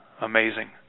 amazing